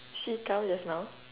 she come just now